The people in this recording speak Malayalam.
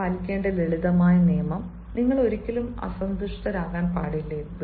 നിങ്ങൾ പാലിക്കേണ്ട ലളിതമായ നിയമം നിങ്ങൾ ഒരിക്കലും അസന്തുഷ്ടരാകില്ല